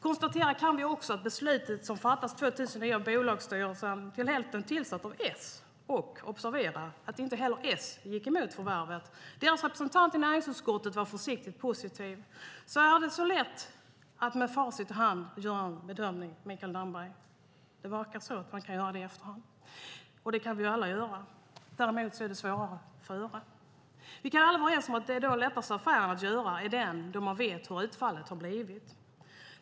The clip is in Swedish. Konstatera kan vi också att beslutet fattades 2009 av bolagsstyrelsen, till hälften tillsatt av S. Observera att inte heller S gick emot förvärvet! Deras representant i näringsutskottet var försiktigt positiv. Det är lätt att med facit i hand göra en bedömning, Mikael Damberg. Det verkar som att man kan göra det i efterhand, och det kan vi alla göra. Däremot är det svårare att göra det i förväg. Vi kan alla vara överens om att den lättaste affären att göra är den där man vet hur utfallet blir.